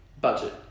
budget